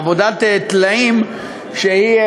עבודת טלאים שהיא,